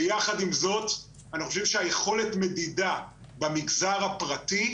ויחד עם זאת אנחנו חושבים שהיכולת מדידה במגזר הפרטי,